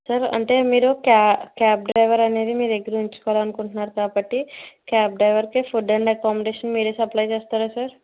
sir అంటే మీరు క్యా క్యాబ్ డ్రైవర్ అనేది మీ దగ్గిర ఉంచుకోవాలనుకుంటున్నారు కాబట్టి క్యాబ్ డ్రైవర్కి ఫుడ్ అన్నది పంపిస్తే మీరే సప్లై చేస్తారా సార్